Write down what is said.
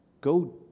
Go